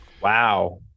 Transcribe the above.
wow